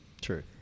True